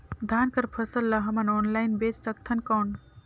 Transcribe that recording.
धान कर फसल ल हमन ऑनलाइन बेच सकथन कौन?